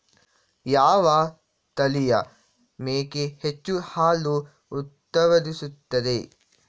ಯಾವ ತಳಿಯ ಮೇಕೆ ಹೆಚ್ಚು ಹಾಲು ಉತ್ಪಾದಿಸುತ್ತದೆ?